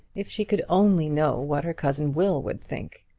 if she could only know what her cousin will would think.